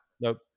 Nope